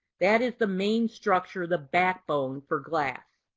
that is the main structure, the backbone for glass.